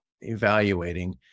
evaluating